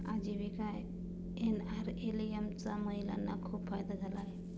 आजीविका एन.आर.एल.एम चा महिलांना खूप फायदा झाला आहे